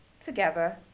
together